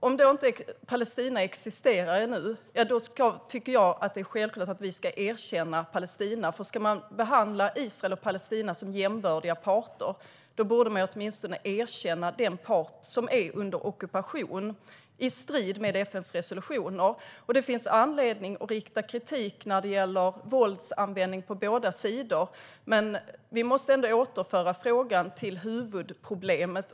Om Palestina inte existerar ännu tycker jag att det är självklart att vi ska erkänna Palestina, för ska man behandla Israel och Palestina som jämbördiga parter borde man åtminstone erkänna den part som är under ockupation i strid med FN:s resolutioner. Det finns anledning att rikta kritik mot våldsanvändning på båda sidor. Men vi måste återföra frågan till huvudproblemet.